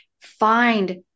find